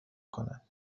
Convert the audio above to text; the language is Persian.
کنند